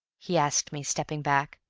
he asked me, stepping back.